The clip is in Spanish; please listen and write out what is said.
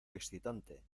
excitante